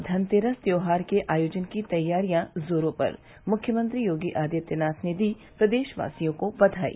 धनतेरस त्यौहार के आयोजन की तैयारियां जोरो पर मुख्यमंत्री योगी आदित्यनाथ ने दी प्रदेश यासियों को बधाई